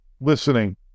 listening